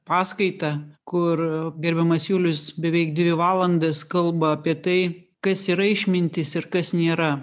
paskaitą kur gerbiamas julius beveik dvi valandas kalba apie tai kas yra išmintis ir kas nėra